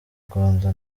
rwanda